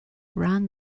ran